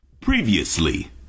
Previously